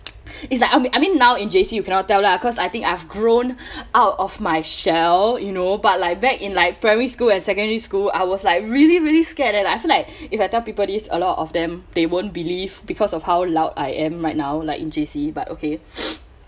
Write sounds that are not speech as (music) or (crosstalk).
(noise) (breath) it's like I me~ I mean now in J_C you cannot tell lah cause I think I have grown (breath) out of my shell you know but like back in like primary school and secondary school I was like really really scared leh I feel like if I tell people this a lot of them they won't believe because of how loud I am right now like in J_C but okay (noise)